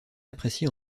apprécié